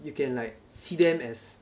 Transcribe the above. you can like see them as